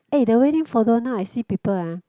eh the wedding photo now I see people ah